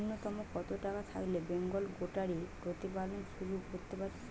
নূন্যতম কত টাকা থাকলে বেঙ্গল গোটারি প্রতিপালন শুরু করতে পারি?